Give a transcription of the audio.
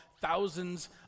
thousands